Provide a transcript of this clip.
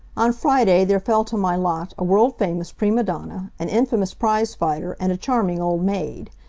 on friday there fell to my lot a world-famous prima donna, an infamous prize-fighter, and a charming old maid.